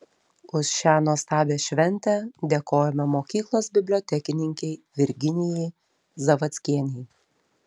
už šią nuostabią šventę dėkojame mokyklos bibliotekininkei virginijai zavadskienei